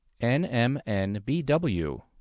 NMNBW